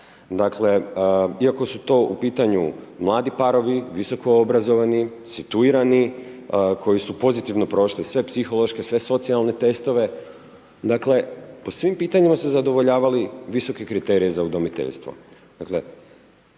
Dakle, iako su to u pitanju mladi parovi, visoko obrazovani, situirani, koji su pozitivno prošli sve psihološke, sve socijalne testove, dakle po svim pitanjima su zadovoljavali visoke kriterije za udomiteljstvo.